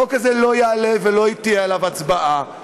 החוק הזה לא יעלה ולא תהיה עליו הצבעה.